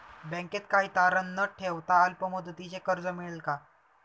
बँकेत काही तारण न ठेवता अल्प मुदतीचे कर्ज मिळेल का?